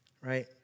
right